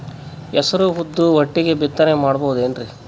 ಹೆಸರು ಉದ್ದು ಒಟ್ಟಿಗೆ ಬಿತ್ತನೆ ಮಾಡಬೋದೇನ್ರಿ?